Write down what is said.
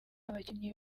abakinnyi